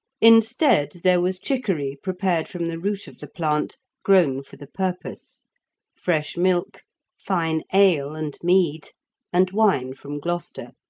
instead, there was chicory prepared from the root of the plant, grown for the purpose fresh milk fine ale and mead and wine from gloucester.